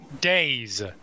days